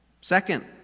Second